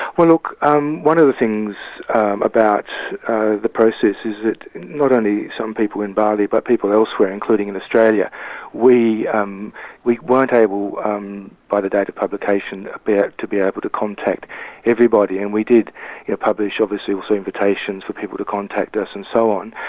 well, look, um one of the things about the process is that not only some people in bali but people elsewhere, including in australia we um we weren't able um by the date of publication to be able to contact everybody and we did publish obviously also invitations for people to contact us and so on.